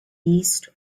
yeast